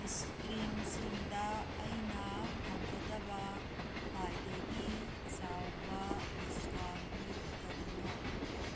ice ꯀ꯭ꯔꯤꯝꯁꯤꯡꯗ ꯑꯩꯅ ꯐꯪꯒꯗꯕ ꯈ꯭ꯋꯥꯏꯗꯒꯤ ꯆꯥꯎꯕ ꯗꯤꯁꯀꯥꯎꯟꯇꯨ ꯀꯔꯤꯅꯣ